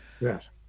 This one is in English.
Yes